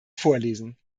vorlesen